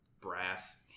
brass